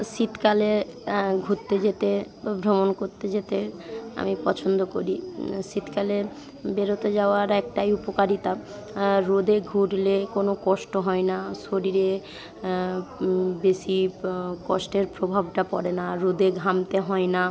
শীতকালে ঘুরতে যেতে ও ভ্রমণ করতে যেতে আমি পছন্দ করি শীতকালে বেড়াতে যাওয়ার একটাই উপকারিতা রোদে ঘুরলে কোনো কষ্ট হয় না শরীরে বেশি কষ্টের প্রভাবটা পড়ে না রোদে ঘামতে হয় না